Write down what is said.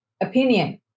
opinion